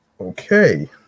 okay